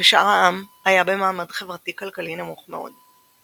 ושאר העם היה במעמד חברתי-כלכלי נמוך מאוד.